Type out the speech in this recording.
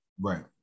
Right